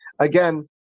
Again